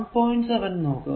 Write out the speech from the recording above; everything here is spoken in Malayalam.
7 നോക്കുക